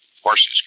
Horses